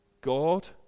God